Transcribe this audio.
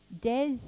Des